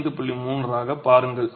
3 ஆகப் பாருங்கள்